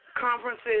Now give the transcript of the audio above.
conferences